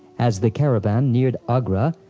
as the caravan neared agra,